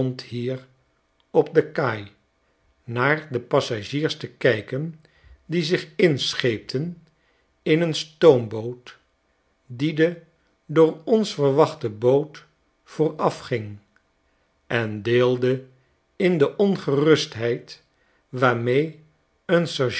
op de kaai naar de passagiers te kijken die zich inscheepten in een stoomboot die de door ons verwachte boot voorafging en deelde in de ongerustheid waarmee een